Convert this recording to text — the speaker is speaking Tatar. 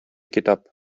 китап